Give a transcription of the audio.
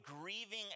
grieving